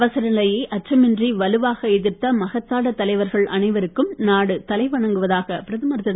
அவசர நிலையை அச்சமின்றி வலுவாக எதிர்த்த மகத்தான தலைவர்கள் அனைவருக்கும் நாடு தலை வணங்குவதாக பிரதமர் திரு